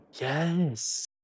Yes